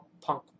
punk